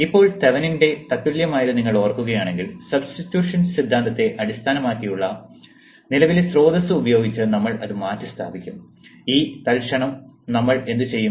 ഇപ്പോൾ തെവെനിന്റെ തത്തുല്യമായത് നിങ്ങൾ ഓർക്കുകയാണെങ്കിൽ സബ്സ്റ്റിറ്റ്യൂഷൻ സിദ്ധാന്തത്തെ അടിസ്ഥാനമാക്കിയുള്ള നിലവിലെ സ്രോതസ്സു ഉപയോഗിച്ച് നമ്മൾ ഇത് മാറ്റിസ്ഥാപിക്കും